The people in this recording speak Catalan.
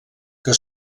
que